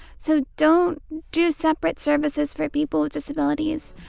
so don't do separate services for people with disabilities.